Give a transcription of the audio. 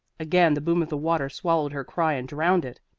again the boom of the water swallowed her cry and drowned it.